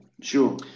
sure